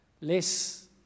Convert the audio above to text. less